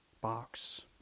box